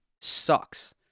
sucks